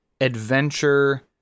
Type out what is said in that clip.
adventure